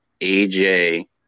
AJ